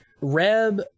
Reb